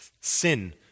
Sin